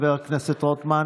חבר הכנסת רוטמן,